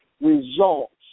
results